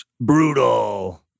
Brutal